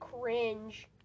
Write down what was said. cringe